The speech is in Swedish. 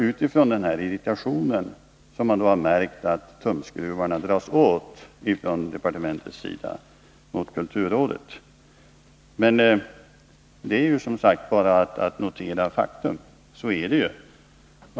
Att departementet nu drar åt tumskruvarna på kulturrådet har sin utgångspunkt i den irritationen. Att säga det är bara att notera faktum — så är det.